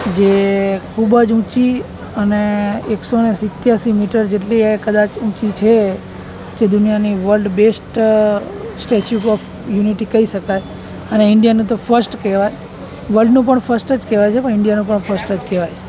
જે ખૂબ જ ઊંચી અને એકસો ને સિત્યાશી મીટર જેટલી એ કદાચ ઊંચી છે જે દુનિયાની world best statue of unity કહી શકાય અને ઇન્ડિયાની તો ફસ્ટ કહેવાય વર્લ્ડનું પણ ફસ્ટ જ કહેવાય છે પણ ઇન્ડિયાનું પણ ફસ્ટ જ કહેવાય છે